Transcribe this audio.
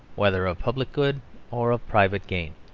whether of public good or of private gain.